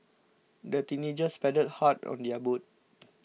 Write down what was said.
the teenagers paddled hard on their boat